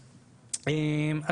בדיוק, לא משקפים.